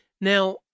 Now